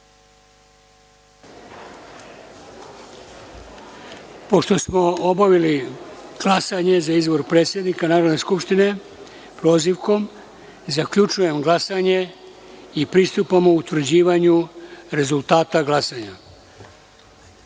Pošto smo obavili glasanje za izbor predsednika Narodne skupštine prozivkom, zaključujem glasanje i pristupamo utvrđivanju rezultata